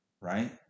right